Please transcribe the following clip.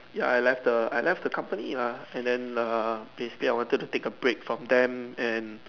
ya I left the I left the company lah and then err basically I wanted to take a break from them and